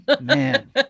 Man